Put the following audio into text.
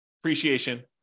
appreciation